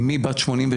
אימי בת 82,